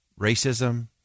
racism